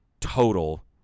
total